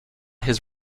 his